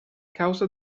causa